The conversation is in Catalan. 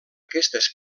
aquestes